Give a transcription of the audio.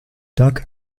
doug